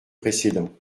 précédent